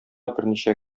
берничә